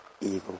evil